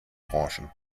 branchen